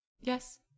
yes